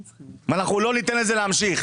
אנחנו לא ניתן לזה להמשיך.